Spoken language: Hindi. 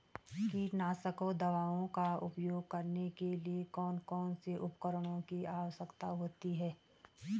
कीटनाशक दवाओं का उपयोग करने के लिए कौन कौन से उपकरणों की आवश्यकता होती है?